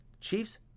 Chiefs